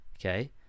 okay